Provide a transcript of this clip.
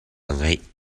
ngaih